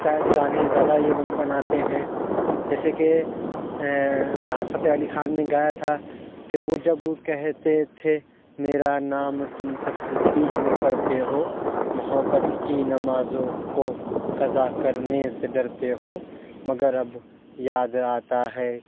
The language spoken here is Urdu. سیڈ گانے زیادہ یہ بناتے ہیں جیسے کہ راحت فتح علی خان نے گایا تھا کہ وہ جب کہتے تھے میرا نام تم تسبیح میں پڑھتے ہو محبت کی نمازوں کو قضا کرنے سے ڈرتے ہو مگر اب یاد آتا ہے